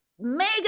mega